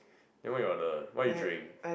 then what you order what you drink